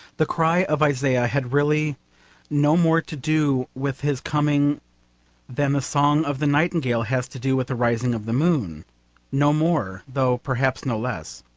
the cry of isaiah had really no more to do with his coming than the song of the nightingale has to do with the rising of the moon no more, though perhaps no less.